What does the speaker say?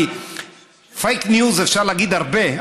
כי פייק ניוז אפשר להגיד הרבה,